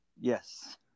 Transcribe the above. Yes